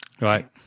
Right